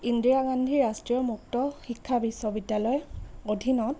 ইন্দিৰা গান্ধী ৰাষ্ট্ৰীয় মুক্ত শিক্ষা বিশ্ববিদ্যালয়ৰ অধীনত